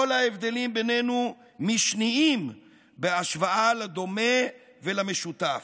כל ההבדלים בינינו משניים בהשוואה לדומה ולמשותף.